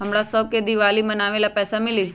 हमरा शव के दिवाली मनावेला पैसा मिली?